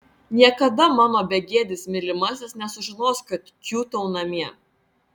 niekada mano begėdis mylimasis nesužinos kad kiūtau namie